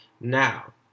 Now